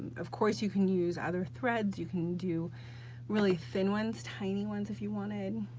of course, you can use other threads, you can do really thin ones, tiny ones if you wanted.